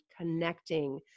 connecting